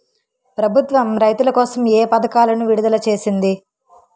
ప్రభుత్వం రైతుల కోసం ఏ పథకాలను విడుదల చేసింది?